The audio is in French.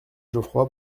geoffroy